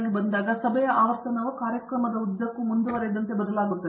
ನೀವು ಸಭೆಯ ಸಲಹೆಗಾರರಿಗೆ ಬಂದಾಗ ಸಭೆಯ ಆವರ್ತನವು ಕಾರ್ಯಕ್ರಮದ ಉದ್ದಕ್ಕೂ ಮುಂದುವರೆದಂತೆ ಬದಲಾಗುತ್ತದೆ